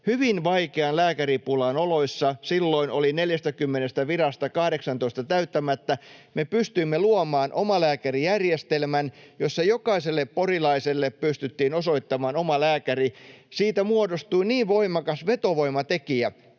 hyvin vaikean lääkäripulan oloissa. Silloin oli 40 virasta 18 täyttämättä. Me pystyimme luomaan omalääkärijärjestelmän, jossa jokaiselle porilaiselle pystyttiin osoittamaan omalääkäri. Siitä muodostui niin voimakas vetovoimatekijä,